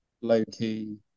low-key